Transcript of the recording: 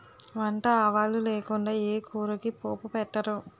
వంట ఆవాలు లేకుండా ఏ కూరకి పోపు పెట్టరు